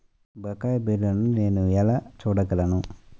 బకాయి బిల్లును నేను ఎలా చూడగలను?